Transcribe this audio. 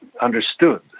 understood